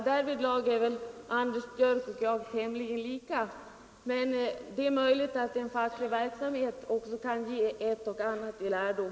Därvidlag är herr Anders Björck och jag tämligen lika. Men det är möjligt att facklig verksamhet också kan ge ett och annat i lärdom.